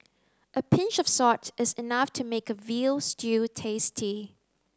a pinch of salt is enough to make a veal stew tasty